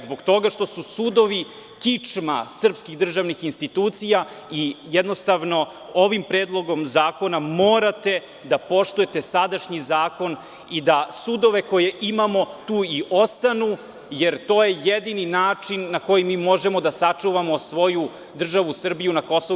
Zbog toga što su sudovi kičma srpskih državnih institucija i jednostavno ovim Predlogom zakona morate da poštujete sadašnji zakon i da sudove koje imamo tu i ostanu, jer to je jedini način na koji mi možemo da sačuvamo svoju državu Srbiju na KiM.